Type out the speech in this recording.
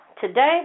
today